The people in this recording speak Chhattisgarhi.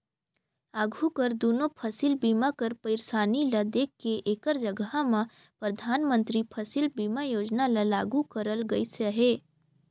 आघु कर दुनो फसिल बीमा कर पइरसानी ल देख के एकर जगहा में परधानमंतरी फसिल बीमा योजना ल लागू करल गइस अहे